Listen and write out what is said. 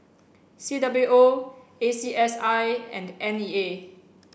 C W O A C S I and N E A